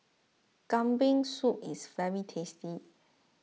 Kambing Soup is very tasty